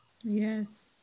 yes